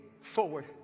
forward